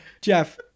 Jeff